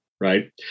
Right